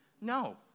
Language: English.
No